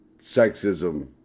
Sexism